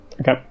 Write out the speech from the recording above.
Okay